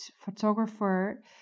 photographer